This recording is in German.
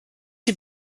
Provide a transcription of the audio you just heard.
die